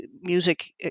music